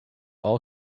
all